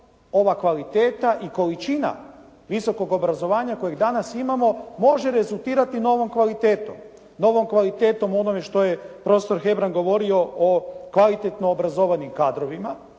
ova kvaliteta i količina visokog obrazovanja kojeg danas imamo može rezultirati novom kvalitetom? Novom kvalitetom u onome što je profesor Hebrang govorio o kvalitetno obrazovanim kadrovima